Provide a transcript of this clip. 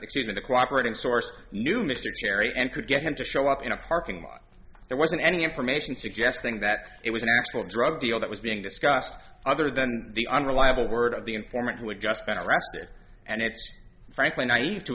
t the cooperating source knew mr kerry and could get him to show up in a parking lot there wasn't any information suggesting that it was an actual drug deal that was being discussed other than the unreliable word of the informant who had just been arrested and it's frankly naive to